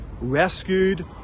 rescued